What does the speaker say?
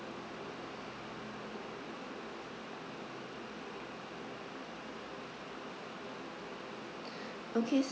okay